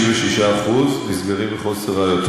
56% נסגרים מחוסר ראיות.